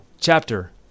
chapter